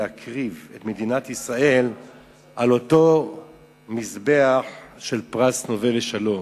להקריב את מדינת ישראל על אותו מזבח של פרס נובל לשלום.